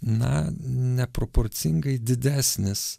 na neproporcingai didesnis